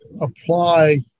apply